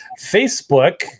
Facebook